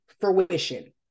fruition